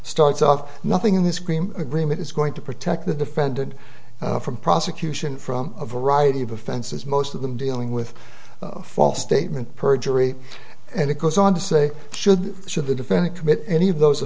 starts of nothing in this cream agreement is going to protect the defendant from prosecution from a variety of offenses most of them dealing with false statement perjury and it goes on to say should should the defendant commit any of those